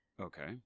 Okay